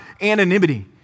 anonymity